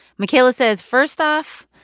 michaela says, first off,